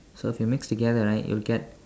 so if you mix together right you'll get